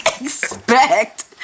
expect